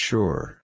Sure